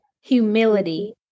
humility